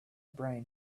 brain